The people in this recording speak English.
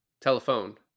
Telephone